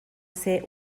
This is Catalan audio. ser